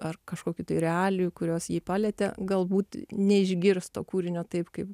ar kažkokių tai realijų kurios jį palietė galbūt neišgirs to kūrinio taip kaip